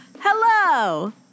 Hello